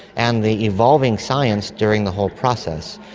and the evolving science during the whole process.